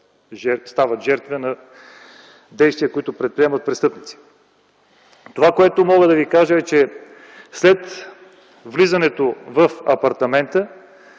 стават жертва на действия, които предприемат престъпниците. Това, което мога да ви кажа, е, че след влизането в апартамента